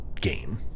game